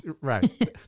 right